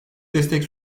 destek